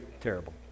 terrible